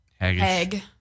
egg